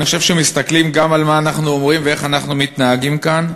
אני חושב שמסתכלים גם על מה שאנחנו אומרים ואיך אנחנו מתנהגים כאן.